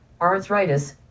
arthritis